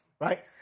right